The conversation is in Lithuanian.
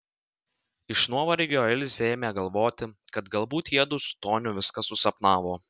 iš nuovargio ilzė ėmė galvoti kad galbūt jiedu su toniu viską susapnavo